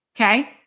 okay